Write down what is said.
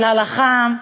של הלכה,